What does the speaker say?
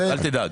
אל תדאג.